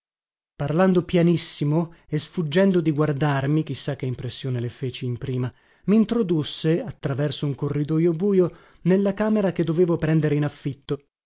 parlando pianissimo e sfuggendo di guardarmi chi sa che impressione le feci in prima mintrodusse attraverso un corridojo bujo nella camera che dovevo prendere in affitto